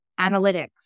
analytics